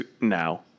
now